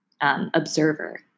observer